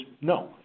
no